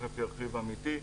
תיכף ירחיב עמיתי,